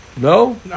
No